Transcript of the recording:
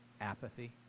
Apathy